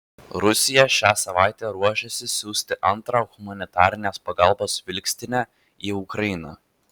rusija šią savaitę ruošiasi siųsti antrą humanitarinės pagalbos vilkstinę į ukrainą